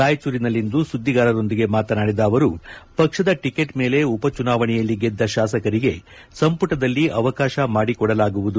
ರಾಯಚೂರಿನಲ್ಲಿಂದು ಸುಧ್ಗಾರರೊಂದಿಗೆ ಮಾತನಾಡಿದ ಅವರು ಪಕ್ಷದ ಟಿಕೆಟ್ ಮೇಲೆ ಉಪ ಚುನಾವಣೆಯಲ್ಲಿ ಗೆದ್ದ ಶಾಸಕರಿಗೆ ಸಂಪುಟದಲ್ಲಿ ಅವಕಾಶ ಮಾಡಿಕೊಡಲಾಗುವುದು